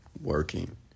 Working